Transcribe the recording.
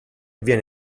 viene